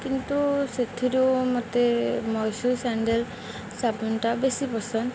କିନ୍ତୁ ସେଥିରୁ ମୋତେ ମଇସୁର୍ ସାଣ୍ଡେଲ୍ ସାବୁନଟା ବେଶୀ ପସନ୍ଦ